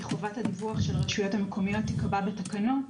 חובת הדיווח של הרשויות המקומיות תקבע בתקנות